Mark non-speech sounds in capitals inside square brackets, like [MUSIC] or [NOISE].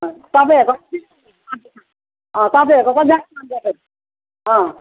अँ तपाईँहरूको अँ तपाईँहरूको कतिजना [UNINTELLIGIBLE] अँ